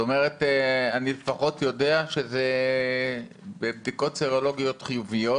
אני לפחות יודע שבבדיקות סרולוגיות חיוביות